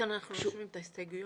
כאן אנחנו מגישים את ההסתייגויות?